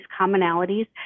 commonalities